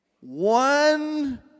one